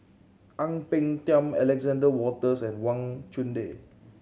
Ang Peng Tiam Alexander Wolters and Wang Chunde